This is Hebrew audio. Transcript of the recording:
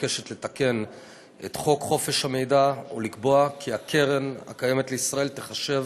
מבקשת לתקן את חוק חופש המידע ולקבוע כי קרן קיימת לישראל תיחשב